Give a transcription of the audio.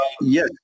Yes